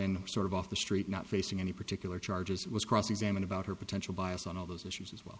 in sort of off the street not facing any particular charges was cross examined about her potential bias on all those issues as well